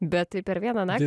bet tai per vieną naktį